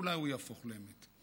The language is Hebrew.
אולי הוא יהפוך לאמת.